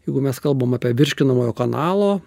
jeigu mes kalbam apie virškinamojo kanalo